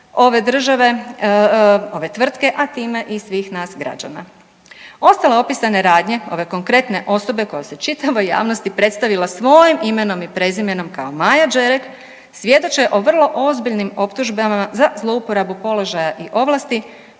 ove države, ove tvrtke, a time i svih nas građana. Ostalo opisane radnje ove konkretne osoba koja se čitavom javnosti predstavila svojim imenom i prezimenom kao Maja Đerek, svjedoče o vrlo ozbiljnim optužbama za zlouporabu položaja i ovlasti,